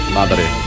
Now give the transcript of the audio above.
Madre